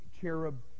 cherub